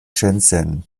shenzhen